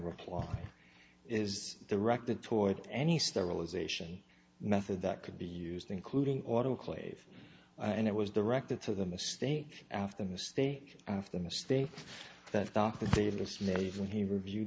reply is directed toward any sterilization method that could be used including autoclave and it was directed to the mistake after mistake after mistake